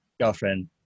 girlfriend